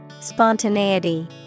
Spontaneity